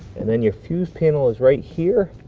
and then your fuse panel is right here.